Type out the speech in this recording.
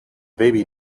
baby